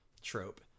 trope